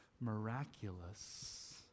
miraculous